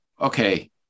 okay